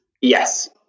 Yes